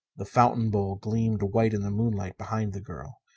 the fountain bowl gleamed white in the moonlight behind the girl,